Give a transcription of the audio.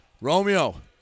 Romeo